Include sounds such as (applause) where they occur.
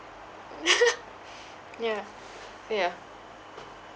(laughs) yeah yeah